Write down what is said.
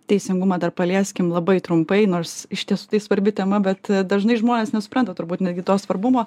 teisingumą dar palieskim labai trumpai nors iš tiesų tai svarbi tema bet dažnai žmonės nesupranta turbūt netgi to svarbumo